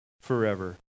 forever